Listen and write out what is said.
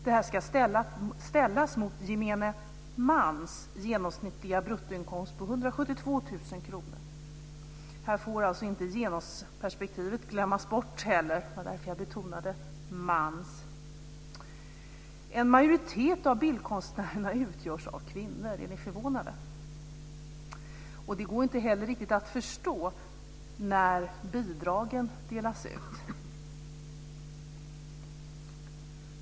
Det här ska ställas mot gemene mans genomsnittliga bruttoinkomst om 172 000 kr. Här får inte heller genusperspektivet glömmas bort, och det var därför som jag betonade ordet "mans". En majoritet av bildkonstnärerna utgörs av kvinnor. Är ni förvånade? Det går heller inte riktigt att förstå när bidragen delas ut.